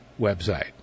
website